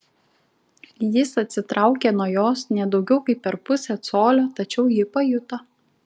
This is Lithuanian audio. jis atsitraukė nuo jos ne daugiau kaip per pusę colio tačiau ji pajuto